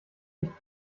nichts